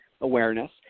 awareness